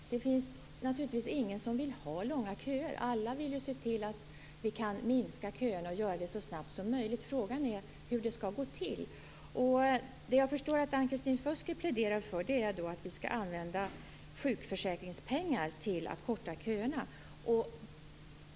Fru talman! Som jag sade tidigare finns det naturligtvis ingen som vill ha långa köer. Alla vill ju se till att vi kan minska köerna och göra det så snabbt som möjligt. Frågan är hur det skall gå till. Det jag förstår att Ann-Kristin Føsker pläderar för är att vi skall använda sjukförsäkringspengar till att korta köerna.